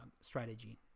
strategy